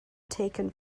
taken